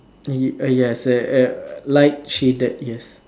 y uh yes err light shaded yes